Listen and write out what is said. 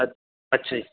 ਅੱਛਾ ਜੀ